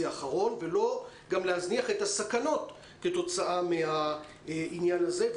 האחרון וגם לא להזניח את הסכנות כתוצאה מעניין הזה.